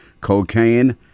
cocaine